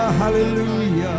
hallelujah